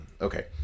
Okay